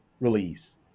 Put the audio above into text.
release